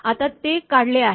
आपण ते काढले आहे